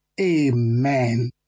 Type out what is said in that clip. Amen